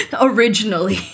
originally